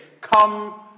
come